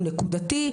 הוא נקודתי,